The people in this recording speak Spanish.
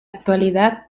actualidad